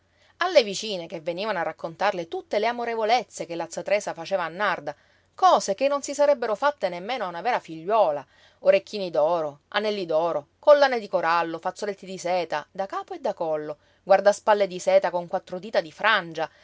alle vicine che venivano a raccontarle tutte le amorevolezze che la z tresa faceva a narda cose che non si sarebbero fatte nemmeno a una vera figliuola orecchini d'oro anelli d'oro collane di corallo fazzoletti di seta da capo e da collo guardaspalle di seta con quattro dita di frangia